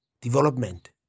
development